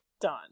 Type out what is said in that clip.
done